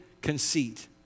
conceit